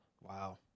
wow